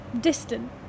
distant